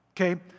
Okay